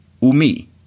umi